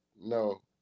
No